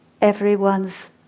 everyone's